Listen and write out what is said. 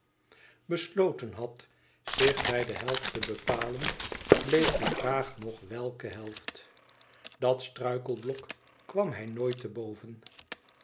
besloten had zich bij de helft te bepalen bleef de vraag nog welke helft dat struikelblok kwam hij nooit te boven